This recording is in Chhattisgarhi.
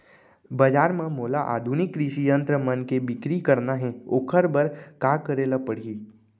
बजार म मोला आधुनिक कृषि यंत्र मन के बिक्री करना हे ओखर बर का करे ल पड़ही?